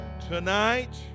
Tonight